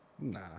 Nah